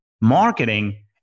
Marketing